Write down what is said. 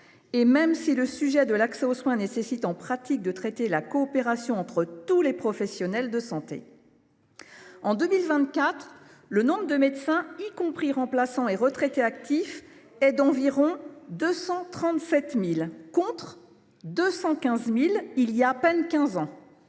traiter le sujet de l’accès aux soins nécessite, en pratique, de se pencher sur la question de la coopération entre tous les professionnels de santé. En 2024, le nombre de médecins, y compris remplaçants et retraités actifs, est d’environ 237 000, contre 215 000 il y a à peine quinze